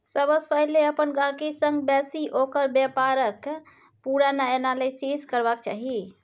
सबसँ पहिले अपन गहिंकी संग बैसि ओकर बेपारक पुरा एनालिसिस करबाक चाही